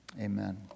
Amen